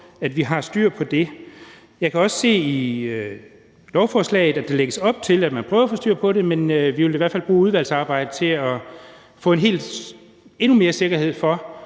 at vi har styr på det. Jeg kan også se i lovforslaget, at der lægges op til, at man prøver at få styr på det, men vi vil da i hvert fald bruge udvalgsarbejdet til at få endnu mere sikkerhed for,